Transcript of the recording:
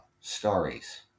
stories